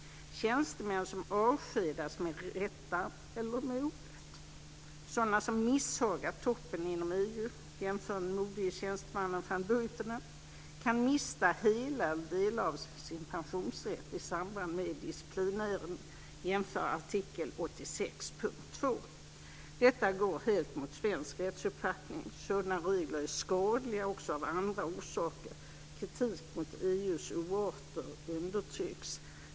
Tjänstemän som avskedas med rätta men också med orätt, sådana som misshagat toppen inom EU - jämför den modige tjänstemannen van Buitenen - kan mista hela eller delar av sin pensionsrätt i samband med disciplinärenden. Jämför artikel 86.2. Detta går helt mot svensk rättsuppfattning. Sådana regler är skadliga också av andra orsaker. Kritik mot EU:s oarter undertrycks.